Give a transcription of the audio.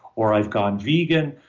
or i've gone vegan,